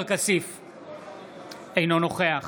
אינו נוכח